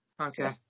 Okay